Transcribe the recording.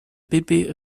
pepe